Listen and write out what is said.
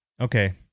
okay